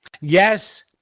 Yes